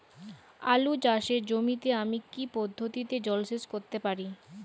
আলু চাষে জমিতে আমি কী পদ্ধতিতে জলসেচ করতে পারি?